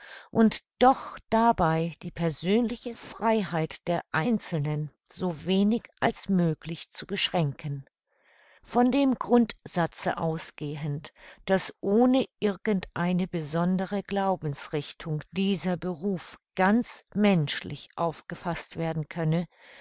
und doch dabei die persönliche freiheit der einzelnen so wenig als möglich zu beschränken von dem grundsatze ausgehend daß ohne irgend eine besondere glaubensrichtung dieser beruf ganz menschlich aufgefaßt werden könne